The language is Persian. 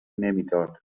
نمیداد